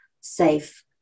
safe